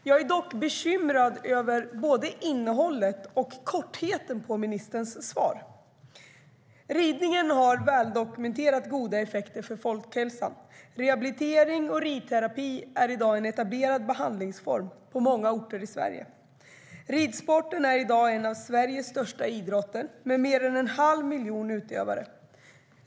Jag är dock bekymrad över både innehållet och över att ministerns svar är så kort. Ridning har väldokumenterat goda effekter för folkhälsan. Rehabilitering och ridterapi är i dag en etablerad behandlingsform på många orter i Sverige. Ridsporten är en av Sveriges största idrotter med mer än en halv miljon utövare.